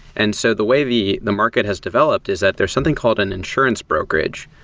and so the way the the market has developed is that there something called an insurance brokerage,